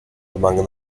among